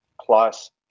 plus